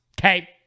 okay